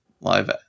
live